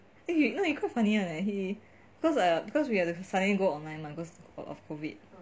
you know he quite funny leh he cause I because we have to suddenly go online mah cause of COVID